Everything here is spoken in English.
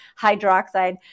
hydroxide